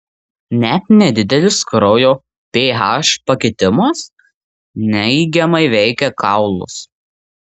net nedidelis kraujo ph pakitimas neigiamai veikia kaulus